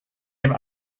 dem